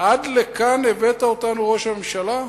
עד לכאן הבאת אותנו, ראש הממשלה?